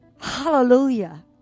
Hallelujah